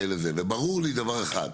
וברור לי דבר אחד,